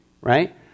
right